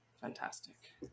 fantastic